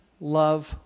love